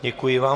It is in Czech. Děkuji vám.